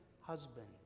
husband